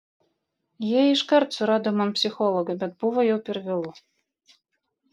jie iškart surado man psichologą bet buvo jau per vėlu